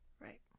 Right